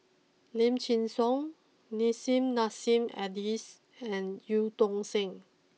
Lim Chin Siong Nissim Nassim Adis and Eu Tong Sen